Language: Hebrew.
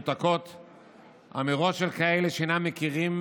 הונחו היום על שולחן הכנסת מסקנות